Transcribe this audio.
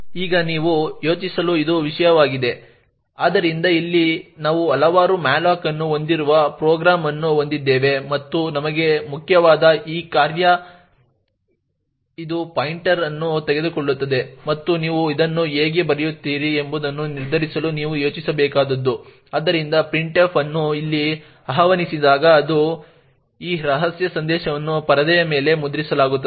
ಈಗ ನೀವು ಯೋಚಿಸಲು ಇದು ವಿಷಯವಾಗಿದೆ ಆದ್ದರಿಂದ ಇಲ್ಲಿ ನಾವು ಹಲವಾರು malloc ಅನ್ನು ಹೊಂದಿರುವ ಪ್ರೋಗ್ರಾಂ ಅನ್ನು ಹೊಂದಿದ್ದೇವೆ ಮತ್ತು ನಮಗೆ ಮುಖ್ಯವಾದ ಈ ಕಾರ್ಯ my malicious function ಇದು ಪಾಯಿಂಟರ್ ಅನ್ನು ತೆಗೆದುಕೊಳ್ಳುತ್ತದೆ ಮತ್ತು ನೀವು ಇದನ್ನು ಹೇಗೆ ಬರೆಯುತ್ತೀರಿ ಎಂಬುದನ್ನು ನಿರ್ಧರಿಸಲು ನೀವು ಯೋಚಿಸಬೇಕಾದದ್ದು my malicious function ಆದ್ದರಿಂದ printf ಅನ್ನು ಇಲ್ಲಿ ಆಹ್ವಾನಿಸಿದಾಗ ಅದು ಈ ರಹಸ್ಯ ಸಂದೇಶವನ್ನು ಪರದೆಯ ಮೇಲೆ ಮುದ್ರಿಸಲಾಗುತ್ತದೆ